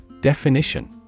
Definition